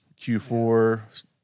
Q4